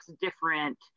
different